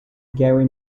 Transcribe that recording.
gary